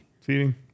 feeding